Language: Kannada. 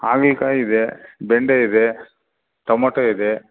ಹಾಗಲಕಾಯಿ ಇದೆ ಬೆಂಡೆ ಇದೆ ಟೊಮೊಟೊ ಇದೆ